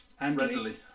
readily